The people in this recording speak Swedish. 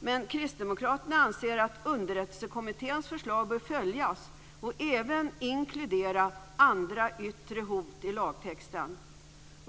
Men kristdemokraterna anser att Underrättelsekommitténs förslag bör följas och att även "andra yttre hot" bör inkluderas i lagtexten.